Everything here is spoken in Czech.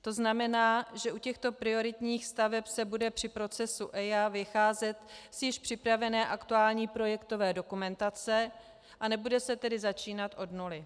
To znamená, že u těchto prioritních staveb se bude při procesu EIA vycházet z již připravené aktuální projektové dokumentace, a nebude se tedy začínat od nuly.